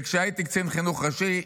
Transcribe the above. וכשהייתי קצין חינוך ראשי,